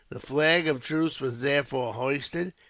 the flag of truce was therefore hoisted,